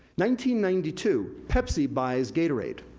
ninety ninety two, pepsi buys gatorade,